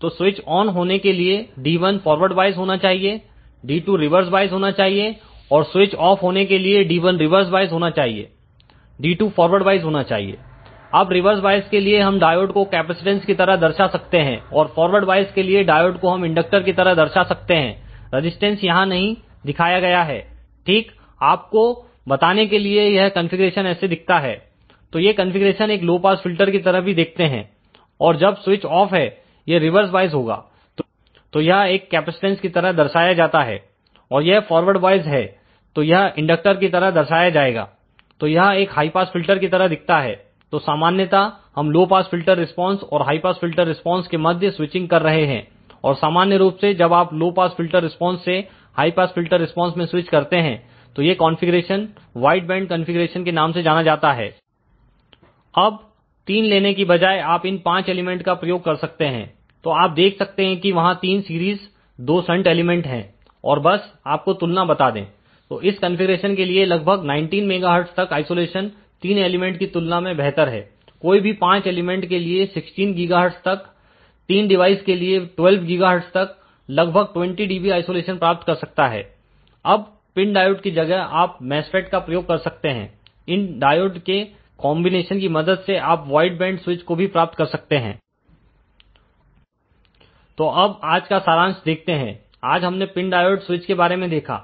तो switch on होने के लिए D1 फॉरवर्ड वॉइस होना चाहिए D2 रिवर्स वॉइस होना चाहिए और स्विच ऑफ होने के लिए D1 रिवर्स वॉइस होना चाहिए D2 फॉरवर्ड वॉइस होना चाहिएअब रिवर्स वॉइस के लिए हम डायोड को कैपेसिटेंस की तरह दर्शा सकते हैं और फॉरवर्ड वाइस के लिए डायोड को हम इंडक्टर की तरह दर्शा सकते हैं रजिस्टेंस यहां नहीं दिखाया गया है ठीक आपको बताने के लिए कि यह कंफीग्रेशन ऐसे दिखता है तो ये कॉन्फ़िगरेशन एक लो पास फिल्टर की तरह भी देखते हैं और जब स्विच ऑफ है यह रिवर्स वॉइस होगा तो यह एक कैपेसिटेंस की तरह दर्शाया जाता है और यह फॉरवर्ड वॉइस है तो यह इंडक्टर की तरह दर्शाया जाएगा तो यह एक हाई पास फिल्टर की तरह दिखता है तो सामान्यता हम लो पास फिल्टर रिस्पांस और हाई पास फिल्टर रिस्पांस के मध्य स्विचिंग कर रहे हैं और सामान्य रूप से जब आप लो पास फिल्टर रिस्पांस से हाई पास फिल्टर रिस्पांस में स्विच करते हैं तो ये कॉन्फ़िगरेशन वाइड बैंड कॉन्फ़िगरेशन के नाम से जाना जाता है अब 3 लेने की बजाय आप इन 5 एलिमेंट का प्रयोग कर सकते हैं तो आप देख सकते हैं कि वहां 3 सीरीज 2 संट एलिमेंट है और बस आपको तुलना बता दे तो इस कॉन्फ़िगरेशन के लिए लगभग 19 MHz तक आइसोलेशन 3 एलिमेंट की तुलना में बेहतर है कोई भी 5 एलिमेंट के लिए 16 GHz तक 3 डिवाइस के लिए 12 GHz तक लगभग 20 dB आइसोलेशन प्राप्त कर सकता है अब पिन डायोड की जगह आप मैसफेट का प्रयोग कर सकते हैं इन डायोड के कॉन्बिनेशन की मदद से आप वाइड बैंड स्विच को भी प्राप्त कर सकते हैं तो अब आज का सारांश देखते हैं आज हमने पिन डायोड स्विच के बारे में देखा